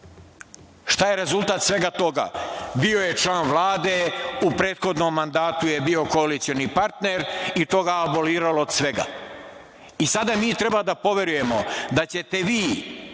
je rezultat svega toga? Bio je član Vlade. U prethodnom mandatu je bio koalicioni partner i to ga aboliralo od svega. I sada mi treba da poverujemo da ćete vi